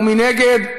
מי נגד?